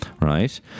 right